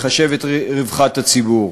מחשב את רווחת הציבור,